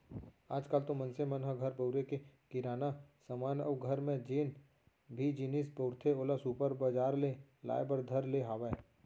आज काल तो मनसे मन ह घर बउरे के किराना समान अउ घर म जेन भी जिनिस बउरथे ओला सुपर बजार ले लाय बर धर ले हावय